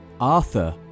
Arthur